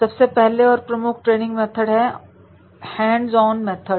सबसे पहले और प्रमुख ट्रेनिंग मेथड है हैंड ऑन मेथड